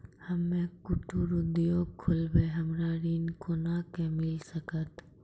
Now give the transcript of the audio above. हम्मे कुटीर उद्योग खोलबै हमरा ऋण कोना के मिल सकत?